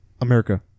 America